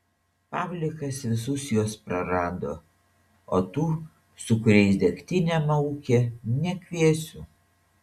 pavlikas visus juos prarado o tų su kuriais degtinę maukė nekviesiu